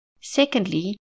Secondly